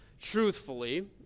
truthfully